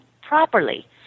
properly